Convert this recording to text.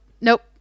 Nope